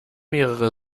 mehrere